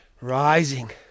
rising